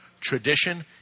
tradition